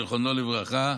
זיכרונו לברכה,